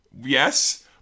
Yes